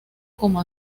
como